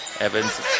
Evans